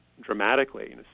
dramatically